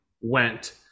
went